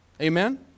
Amen